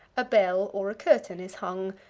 a bell, or a curtain, is hung,